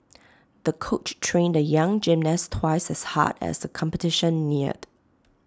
the coach trained the young gymnast twice as hard as the competition neared